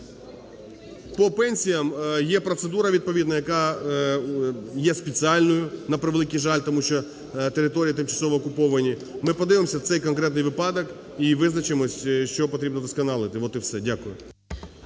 По пенсіям є процедура відповідна, яка є спеціальною, на превеликий жаль, тому що території тимчасово окуповані. Ми подивимося цей конкретний випадок і визначимось, що потрібно вдосконалити, вот і все. Дякую.